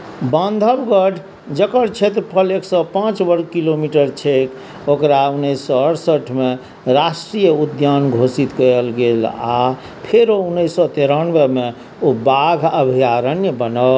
बान्धवगढ़ जकर क्षेत्रफल एक सए पाँच वर्ग किलोमीटर छैक ओकरा उन्नैस सए अड़सठिमे राष्ट्रीय उद्यान घोषित कयल गेल आ फेर ओ उन्नैस सए तिरानबेमे ओ बाघ अभयारण्य बनल